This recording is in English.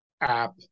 app